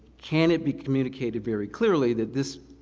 can it be communicated very clearly that this